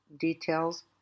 details